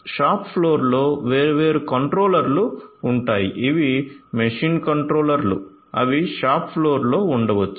shop ఫ్లోర్లో వేర్వేరు కంట్రోలర్లు ఉంటాయి ఇవి మెషిన్ కంట్రోలర్లు అవి షాప్ ఫ్లోర్లో ఉండవచ్చు